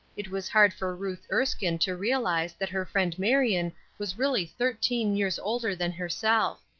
it was hard for ruth erskine to realize that her friend marion was really thirteen years older than herself.